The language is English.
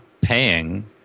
paying